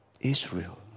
Israel